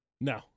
No